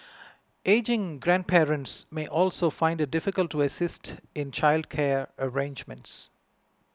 ageing grandparents may also find it difficult to assist in childcare arrangements